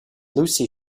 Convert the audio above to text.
lucy